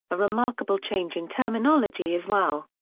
a remarkable change in terminology as well.